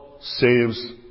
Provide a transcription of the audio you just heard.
saves